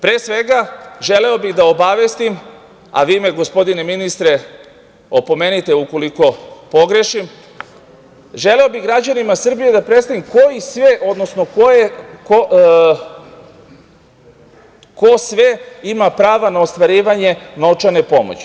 Pre svega, želeo bih da obavestim, a vi me gospodine ministre opomenite ukoliko pogrešim, želeo bih građanima Srbije da predstavim ko sve ima prava na ostvarivanje novčane pomoći.